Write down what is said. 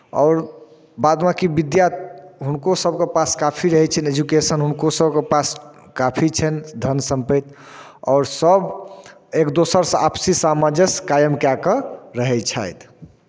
आओर बाद बाँकी विद्या हुनकोसभके पास काफी रहै छनि एजुकेशन हुनकोसभके पास काफी छनि धन सम्पत्ति आओर सभ एक दोसरसँ आपसी सामञ्जस्य कायम कए कऽ रहै छथि